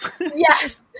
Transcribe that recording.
Yes